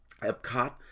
Epcot